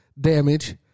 damage